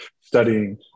studying